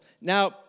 Now